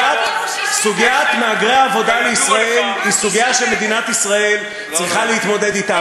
סוגיית מהגרי העבודה לישראל היא סוגיה שמדינת ישראל צריכה להתמודד אתה,